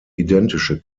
identische